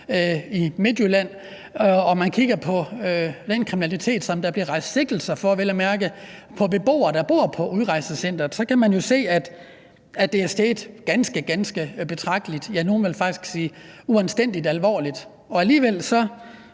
i Midtjylland, og man kigger på den kriminalitet, som der vel at mærke bliver rejst sigtelser for mod beboere, der bor på udrejsecenteret, så kan man jo se, at det er steget ganske, ganske betragteligt, ja, nogle ville faktisk sige uanstændigt alvorligt. Og alligevel